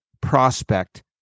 prospect